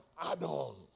add-on